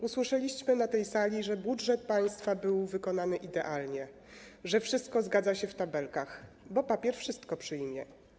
Usłyszeliśmy na tej sali, że budżet państwa był wykonany idealnie, że wszystko zgadza się w tabelkach, bo papier wszystko przyjmie.